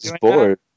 bored